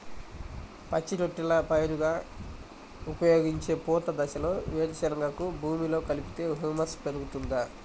పచ్చి రొట్టెల పైరుగా ఉపయోగించే పూత దశలో వేరుశెనగను భూమిలో కలిపితే హ్యూమస్ పెరుగుతుందా?